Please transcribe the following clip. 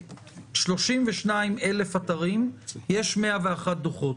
ב-32,000 אתרים יש 101 דוחות.